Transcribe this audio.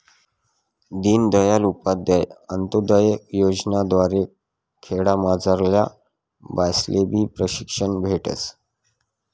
दीनदयाल उपाध्याय अंतोदय योजना द्वारे खेडामझारल्या बायास्लेबी प्रशिक्षण भेटस